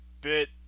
bit